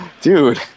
Dude